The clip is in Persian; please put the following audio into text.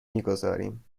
میگذاریم